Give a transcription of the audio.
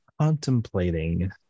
contemplating